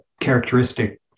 characteristic